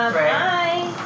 bye